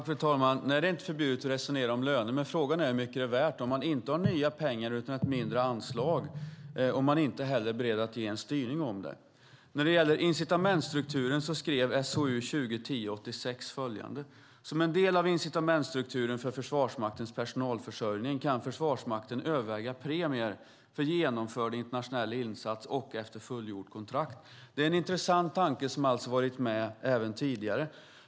Fru talman! Nej, det är inte förbjudet att resonera om löner. Frågan är dock hur mycket det är värt när man inte har nya pengar, utan ett mindre anslag, och man inte heller är beredd att ge en styrning om det. När det gäller incitamentsstrukturen skrev man i SoU 2010:86 följande: "Som en del av incitamentsstrukturen för Försvarsmaktens personalförsörjning kan Försvarsmakten överväga premier för genomförd internationell insats och efter fullgjort kontrakt." Det är en intressant tanke som alltså har varit med även tidigare.